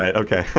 ah okay.